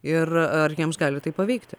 ir ar jiems gali taip pavykti